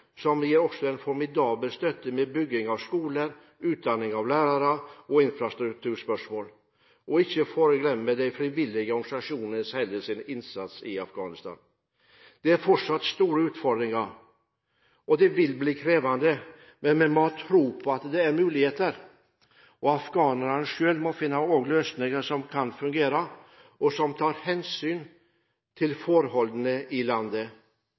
som gir en formidabel støtte til bygging av skoler, utdanning av lærere og infrastrukturformål, bør også nevnes i denne sammenhengen. Vi må heller ikke glemme de frivillige organisasjonenes innsats i Afghanistan. Det er fortsatt store utfordringer, og det vil bli krevende, men vi må ha tro på at det er muligheter. Afghanerne selv – og vi – må finne løsninger som kan fungere, og som tar hensyn til forholdene i landet.